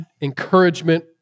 encouragement